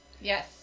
Yes